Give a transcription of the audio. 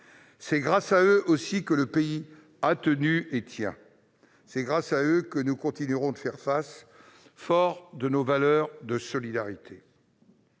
C'est grâce à eux que le pays a tenu et qu'il tient encore. C'est grâce à eux que nous continuerons de faire face, forts de nos valeurs de solidarité.